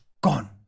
gone